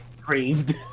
craved